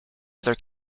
other